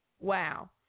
wow